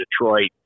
Detroit